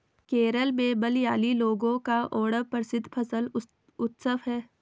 केरल में मलयाली लोगों का ओणम प्रसिद्ध फसल उत्सव है